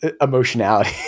emotionality